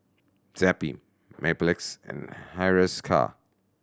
Zappy Mepilex and Hiruscar